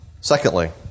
Secondly